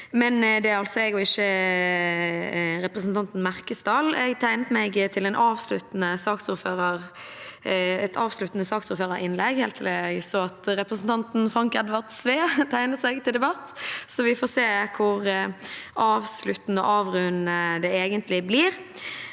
jeg, og ikke representanten Merkesdal. Jeg tegnet meg til et avsluttende saksordførerinnlegg, helt til jeg så at representanten Frank Edvard Sve tegnet seg til debatt, så vi får se hvor avsluttende og avrundende det egentlig blir.